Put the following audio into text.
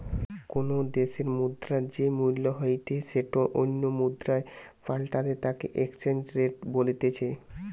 কোনো দ্যাশের মুদ্রার যেই মূল্য হইতে সেটো অন্য মুদ্রায় পাল্টালে তাকে এক্সচেঞ্জ রেট বলতিছে